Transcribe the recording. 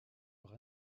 leur